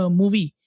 movie